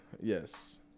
Yes